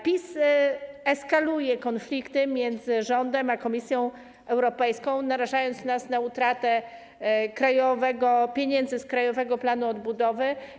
PiS eskaluje konflikty między rządem a Komisją Europejską, narażając nas na utratę pieniędzy z Krajowego Planu Odbudowy.